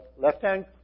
left-hand